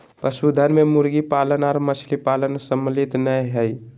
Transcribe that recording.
पशुधन मे मुर्गी पालन आर मछली पालन सम्मिलित नै हई